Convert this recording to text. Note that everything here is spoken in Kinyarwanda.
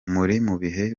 bihe